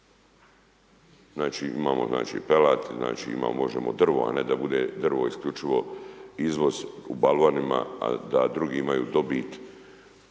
znači pelat, znači možemo drvo, a ne da bude drvo isključivo izvoz u balvanima, a da drugi imaju dobit,